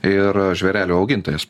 ir žvėrelių augintojas